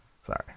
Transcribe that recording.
Sorry